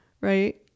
right